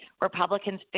Republicans